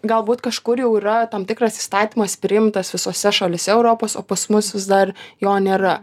galbūt kažkur jau yra tam tikras įstatymas priimtas visose šalyse europos o pas mus vis dar jo nėra